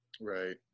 Right